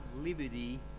liberty